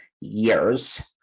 years